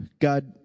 God